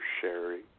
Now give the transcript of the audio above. Sherry